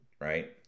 Right